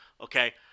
okay